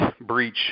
breach